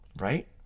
right